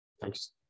Thanks